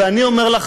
ואני אומר לך,